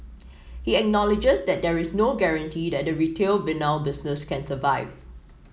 he acknowledges that there is no guarantee that the retail vinyl business can survive